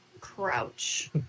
crouch